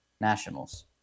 Nationals